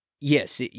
Yes